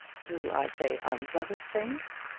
do i say unpleasant things?